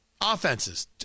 offenses